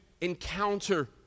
encounter